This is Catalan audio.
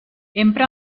empra